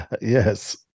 Yes